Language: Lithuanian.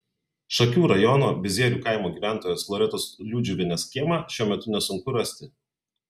šakių rajono bizierių kaimo gyventojos loretos liudžiuvienės kiemą šiuo metu nesunku rasti